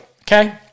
Okay